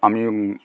আমি